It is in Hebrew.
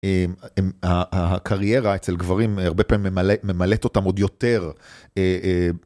הקריירה אצל גברים הרבה פעמים ממלאת אותם עוד יותר.